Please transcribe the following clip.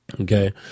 Okay